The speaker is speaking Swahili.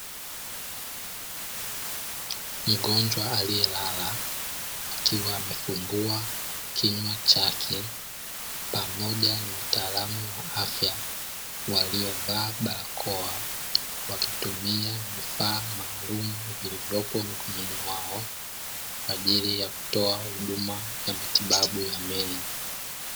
Mgonjwa aliyelala akiwa amefungua kinywa chake, pamoja na waatalamu wa afya waliovaa barakoa wakitumia vifaa maalumu vilivyopo mikononi mwao, kwaajili ya kutoa huduma ya matibabu ya meno.